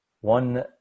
one